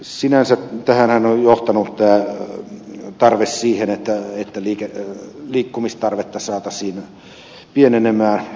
sinänsä tähänhän on johtanut tarve siihen että liikkumistarvetta saataisiin pienenemään